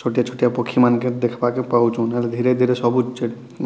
ଛୋଟିଆ ଛୋଟିଆ ପକ୍ଷୀମାନ୍କେ ଦେଖ୍ବାକେ ପାଉଛୁ ହେଲେ ଧୀରେ ଧିରେ ସବୁ